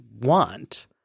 want